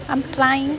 I'm flying